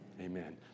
Amen